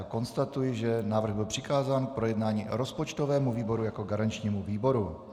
Konstatuji, že návrh byl přikázán k projednání rozpočtovému výboru jako garančnímu výboru.